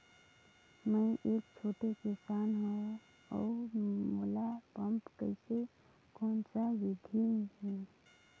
मै एक छोटे किसान हव अउ मोला एप्प कइसे कोन सा विधी मे?